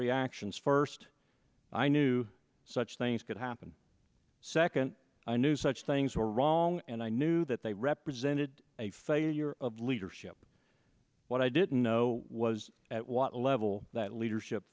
reactions first i knew such things could happen second i knew such things were wrong and i knew that they represented a failure of leadership what i didn't know was at what level that leadership